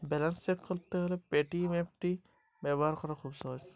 আমার ব্যালান্স দেখতে কোন ইউ.পি.আই অ্যাপটি ব্যবহার করা সব থেকে সহজ?